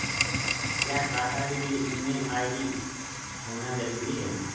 क्या खाता के लिए ईमेल आई.डी होना जरूरी है?